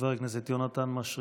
חבר הכנסת יונתן מישרקי.